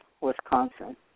Wisconsin